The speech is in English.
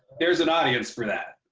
there's an audience for that.